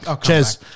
Cheers